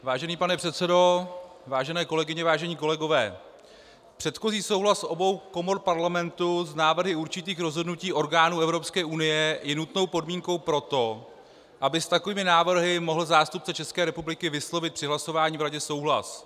Vážený pane předsedo, vážené kolegyně, vážení kolegové, předchozí souhlas obou komor Parlamentu s návrhy určitých rozhodnutí orgánů Evropské unie je nutnou podmínkou pro to, aby s takovými návrhy mohl zástupce České republiky vyslovit při hlasování v Radě souhlas.